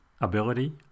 Ability